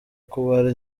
kubara